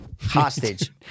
hostage